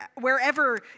wherever